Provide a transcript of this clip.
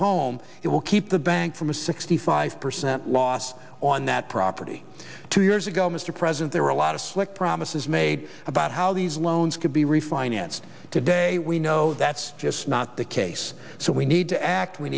home it will keep the bank from a sixty five percent loss on that property two years ago mr president there were a lot of slick promises made about how these loans could be refinanced today we know that's just not the case so we need to act we